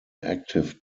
active